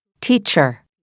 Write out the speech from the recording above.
teacher